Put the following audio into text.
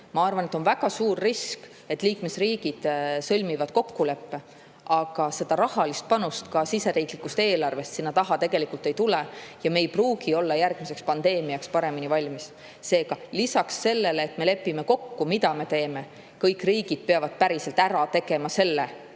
Ma arvan, et on väga suur risk, et liikmesriigid sõlmivad kokkuleppe, aga rahalist panust ka siseriiklikust eelarvest sinna taha tegelikult ei tule ja me ei pruugi järgmiseks pandeemiaks paremini valmis olla. Seega, lisaks sellele me peame kokku leppima, mida me teeme: et kõik riigid peavad päriselt ära tegema selle,